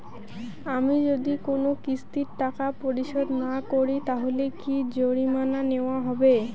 আমি যদি কোন কিস্তির টাকা পরিশোধ না করি তাহলে কি জরিমানা নেওয়া হবে?